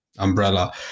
umbrella